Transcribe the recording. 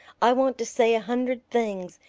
i want to say a hundred things,